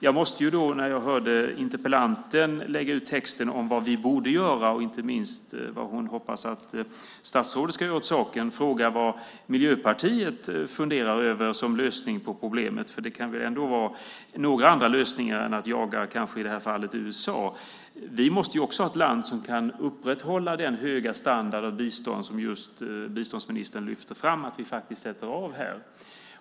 Jag måste när jag hört interpellanten lägga ut texten om vad vi borde göra och inte minst vad hon hoppas att statsrådet ska göra åt saken fråga vad Miljöpartiet funderar över som lösning på problemet. Det kan ändå vara några andra lösningar än att jaga USA. Vi måste också ha ett land som kan upprätthålla den höga standard av bistånd som just biståndsministern lyfte fram att vi sätter av.